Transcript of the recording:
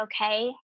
okay